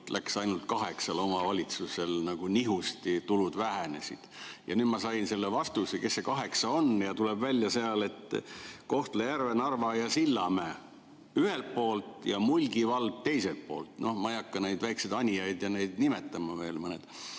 läks ainult kaheksal omavalitsusel nagu nihusti, tulud vähenesid. Nüüd ma sain selle vastuse, kes need kaheksa on, ja tuleb välja, et Kohtla-Järve, Narva ja Sillamäe ühelt poolt ja Mulgi vald teiselt poolt. Ma ei hakka neid väikseid Anijaid ja veel mõnda